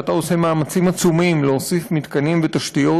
שאתה עושה מאמצים עצומים להוסיף מתקנים ותשתיות,